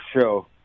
show